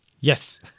Yes